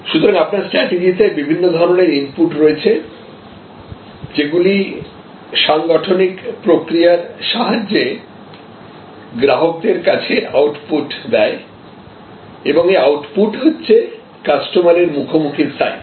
সুতরাংআপনার স্ট্রাটেজিতে বিভিন্ন ধরণের ইনপুট রয়েছে যেগুলি সাংগঠনিক প্রক্রিয়ার সাহায্যে গ্রাহকদের কাছে আউটপুট দেয় এবং এই আউটপুট হচ্ছে কাস্টমারের মুখোমুখি সাইট